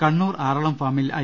കണ്ണൂർ ആറളം ഫാമിൽ ഐ